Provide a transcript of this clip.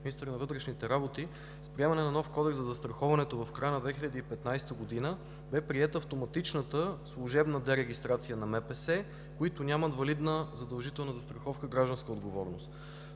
министър на вътрешните работи, с приемането на нов Кодекс за застраховането в края на 2015 г. бе приета автоматичната служебна дерегистрация на МПС, които нямат валидна задължителна застраховка „Гражданска отговорност”.